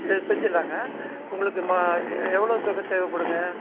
இது செஞ்சிடலாங்க உங்களுக்கு ம எவ்வளோ தொகை தேவைப்படுங்க